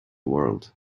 world